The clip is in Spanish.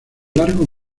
largos